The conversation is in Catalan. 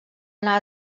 anar